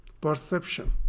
perception